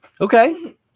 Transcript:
okay